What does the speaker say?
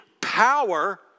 power